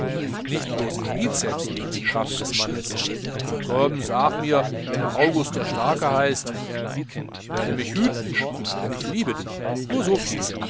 nicht blos im biceps liegt die kraft des manns komm sag mir warum er august der starke heißt ich werde mich hüten denn ich liebe dich nur soviel